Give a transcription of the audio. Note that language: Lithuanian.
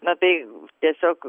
na tai tiesiog